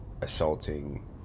assaulting